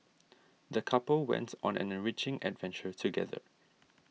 the couple went on an enriching adventure together